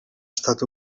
estat